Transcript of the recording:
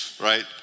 Right